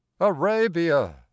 Arabia